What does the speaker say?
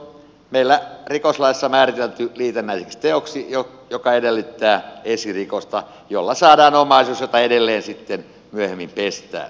rahanpesu on meillä rikoslaissa määritelty liitännäiseksi teoksi joka edellyttää esirikosta jolla saadaan omaisuus jota edelleen sitten myöhemmin pestään